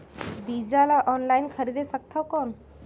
बीजा ला ऑनलाइन खरीदे सकथव कौन?